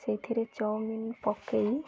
ସେଇଥିରେ ଚାଉମିନ୍ ପକେଇ